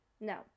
No